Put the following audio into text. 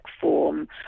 form